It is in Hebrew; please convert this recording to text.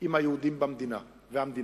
עם היהודים והמדינה.